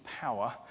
power